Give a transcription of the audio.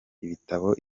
ibitabo